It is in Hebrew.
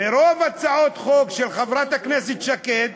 מרוב הצעות חוק של חברת הכנסת שקד,